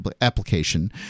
application